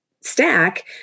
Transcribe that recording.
stack